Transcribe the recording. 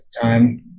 time